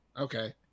Okay